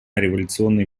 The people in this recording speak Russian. революционной